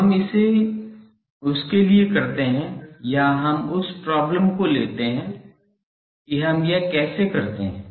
तो हम इसे उसके लिए करते हैं या हम उस प्रॉब्लम को लेते हैं कि हम यह कैसे करते हैं